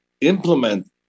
implement